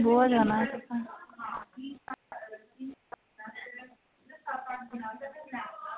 बहोत जादा